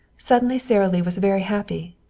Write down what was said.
suddenly sara lee was very happy.